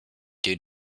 due